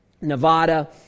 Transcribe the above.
Nevada